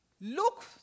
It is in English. look